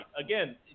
Again